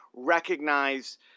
recognize